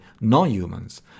non-humans